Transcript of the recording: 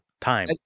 Time